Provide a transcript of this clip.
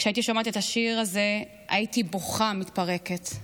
כשהייתי שומעת את השיר הזה הייתי בוכה ומתפרקת.